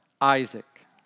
Isaac